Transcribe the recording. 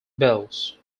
bells